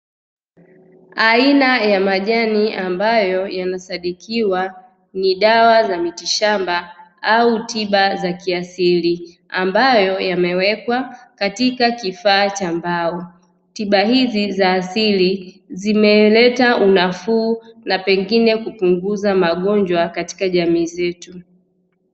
Aina ya majani ambayo yanasadikiwa ni dawa za mitishamba au tiba za kiasili ambayo yamewekwa katika kifaa cha mbao, tiba hizi za asili zimeleta unafuu na pengine kupunguza magonjwa katika jamii zetu.